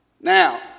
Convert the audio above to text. Now